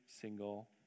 single